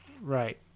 Right